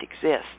exist